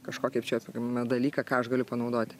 kažkokį apčiuopimą dalyką ką aš galiu panaudot